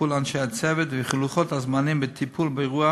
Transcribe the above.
בטיפול אנשי הצוות וכי לוחות הזמנים בטיפול באירוע